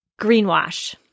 greenwash